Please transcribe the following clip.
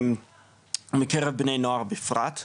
מקרב בני נוער בפרט.